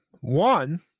One